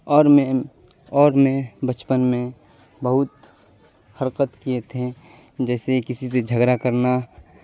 اور میں اور میں بچپن میں بہت حرکت کیے تھے جیسے کسی سے جھگڑا کرنا